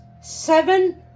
seven